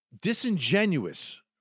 disingenuous